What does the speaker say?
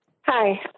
hi